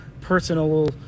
personal